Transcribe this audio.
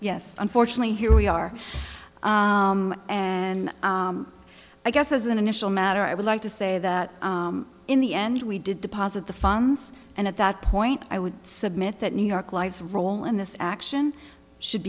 yes unfortunately here we are and i guess as an initial matter i would like to say that in the end we did deposit the funds and at that point i would submit that new york life role in this action should